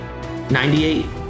98